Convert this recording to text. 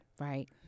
Right